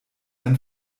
ein